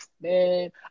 man